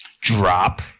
Drop